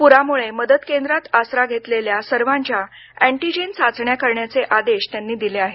पुरामुळे मदत केंद्रात आसरा घेतलेल्या सर्वांची एटीजेन चाचण्या करण्याचे आदेश त्यांनी दिले आहेत